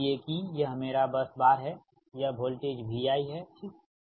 मान लीजिए कि यह मेरा बस बार है यह वोल्टेजVi है ठीक